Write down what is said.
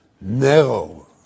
narrow